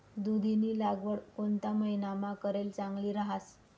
दुधीनी लागवड कोणता महिनामा करेल चांगली रहास